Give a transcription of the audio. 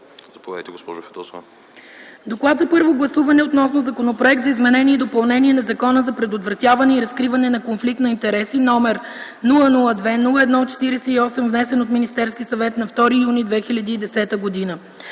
Заповядайте, госпожо Фидосова.